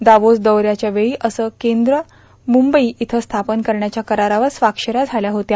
Davos दौ याच्या वेळी असं कद्र मुंबई येथे स्थापन करण्याच्या करारावर स्वाक्ष या झाल्या होत्या